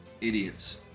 Idiots